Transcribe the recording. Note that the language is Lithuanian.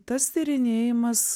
tas tyrinėjimas